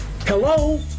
Hello